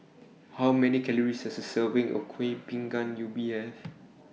How Many Calories Does A Serving of Kuih Bingka Ubi Have